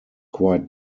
quite